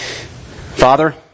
Father